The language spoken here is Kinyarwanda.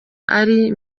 ari